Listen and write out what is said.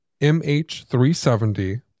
MH370